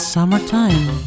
Summertime